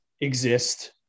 exist